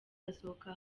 asohoka